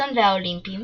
והאולימפיים